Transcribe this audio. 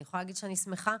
אני יכולה להגיד שנאי שמחה,